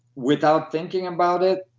without thinking about it,